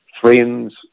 friends